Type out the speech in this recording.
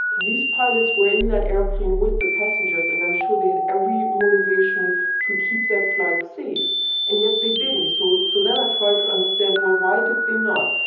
these pilots were in that airplane with the passengers and i'm sure they have every motivation to keep that flight safe and yet they didn't. so so then i try to understand well, why did they not?